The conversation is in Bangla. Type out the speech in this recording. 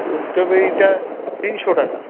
স্টবেরিটা তিনশো টাকা